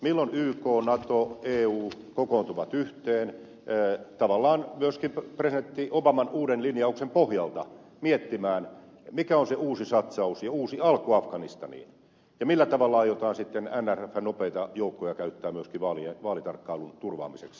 milloin yk nato eu kokoontuvat yhteen tavallaan myöskin presidentti obaman uuden linjauksen pohjalta miettimään mikä on se uusi satsaus ja uusi alku afganistaniin ja millä tavalla aiotaan sitten nrfn nopeita joukkoja käyttää myöskin vaalitarkkailun turvaamiseksi